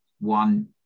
one